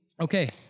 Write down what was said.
okay